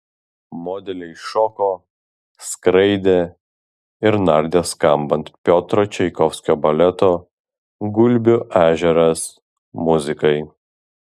modeliai šoko skraidė ir nardė skambant piotro čaikovskio baleto gulbių ežeras muzikai